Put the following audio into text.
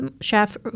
chef